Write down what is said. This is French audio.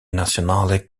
nacional